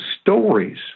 stories